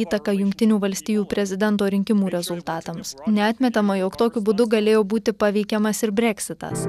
įtaką jungtinių valstijų prezidento rinkimų rezultatams neatmetama jog tokiu būdu galėjo būti paveikiamas ir breksitas